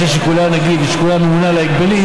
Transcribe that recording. שיקולי הנגיד ושיקולי הממונה על ההגבלים